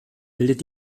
bildet